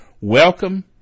Welcome